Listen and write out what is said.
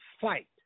fight